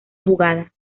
jugada